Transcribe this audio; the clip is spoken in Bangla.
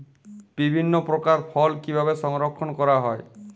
বিভিন্ন প্রকার ফল কিভাবে সংরক্ষণ করা হয়?